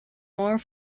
more